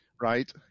Right